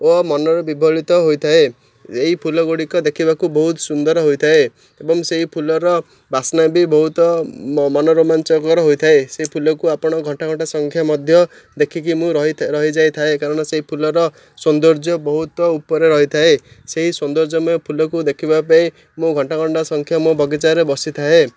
ଓ ମନରେ ବିଫଳିତ ହୋଇଥାଏ ଏହି ଫୁଲ ଗୁଡ଼ିକ ଦେଖିବାକୁ ବହୁତ ସୁନ୍ଦର ହୋଇଥାଏ ଏବଂ ସେହି ଫୁଲର ବାସ୍ନା ବି ବହୁତ ମନୋରୋମାଞ୍ଚକର ହୋଇଥାଏ ସେଇ ଫୁଲକୁ ଆପଣ ଘଣ୍ଟା ଘଣ୍ଟା ସଂଖ୍ୟା ମଧ୍ୟ ଦେଖିକି ମୁଁ ରହିଥାଏ ରହିଯାଇଥାଏ କାରଣ ସେଇ ଫୁଲର ସୌନ୍ଦର୍ଯ୍ୟ ବହୁତ ଉପରେ ରହିଥାଏ ସେହି ସୌନ୍ଦର୍ଯ୍ୟମୟ ଫୁଲକୁ ଦେଖିବା ପାଇଁ ମୁଁ ଘଣ୍ଟା ଘଣ୍ଟା ସଂଖ୍ୟା ମୋ ବଗିଚାରେ ବସିଥାଏ